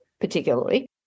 particularly